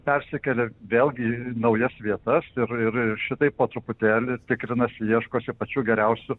persikelia vėlgi į naujas vietas ir ir šitaip po truputėlį tikrinasi ieškosi pačių geriausių